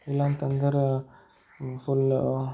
ಇಲ್ಲಂತ ಅಂದ್ರೆ ಫುಲ್ಲು